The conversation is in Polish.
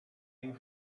już